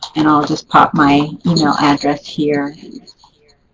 and i'll just pop my email address here here